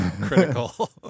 critical